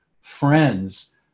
friends